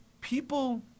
People